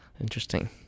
Interesting